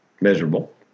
miserable